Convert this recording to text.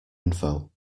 info